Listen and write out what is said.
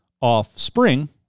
offspring